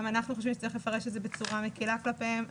גם אנחנו חושבים שצריך לפרש את זה בצורה מקלה כלפיהם.